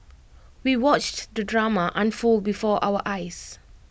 we watched the drama unfold before our eyes